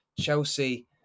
Chelsea